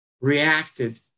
reacted